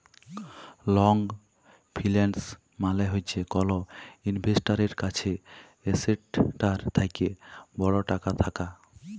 long ফিল্যাল্স মালে হছে কল ইল্ভেস্টারের কাছে এসেটটার থ্যাকে বড় টাকা থ্যাকা